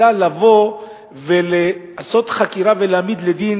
אלא לבוא ולעשות חקירה ולהעמיד לדין